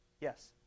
Yes